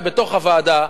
בתוך הוועדה,